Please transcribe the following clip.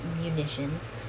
munitions